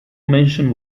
mention